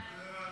סעיפים 1